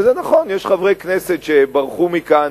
וזה נכון, יש חברי כנסת שברחו מכאן,